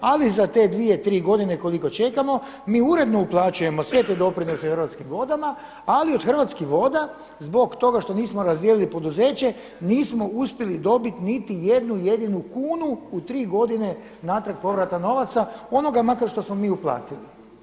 Ali za te dvije, tri godine koliko čekamo mi uredno uplaćujemo sve te doprinose Hrvatskim vodama, ali od Hrvatskih voda zbog toga što nismo razdijelili poduzeće nismo uspjeli dobiti niti jednu jedinu kunu u tri godine natrag povrata novaca onoga makar što smo mi uplatili.